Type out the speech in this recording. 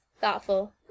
thoughtful